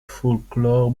folklore